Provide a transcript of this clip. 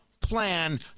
plan